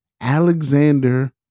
Alexander